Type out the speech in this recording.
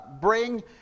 bring